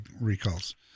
recalls